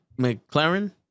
McLaren